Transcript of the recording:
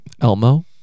Elmo